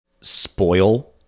spoil